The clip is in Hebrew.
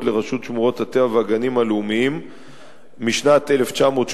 לרשות שמורות הטבע והגנים הלאומיים משנת 1983,